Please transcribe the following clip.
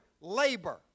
labor